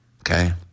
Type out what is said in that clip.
okay